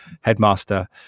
headmaster